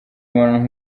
imibonano